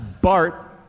Bart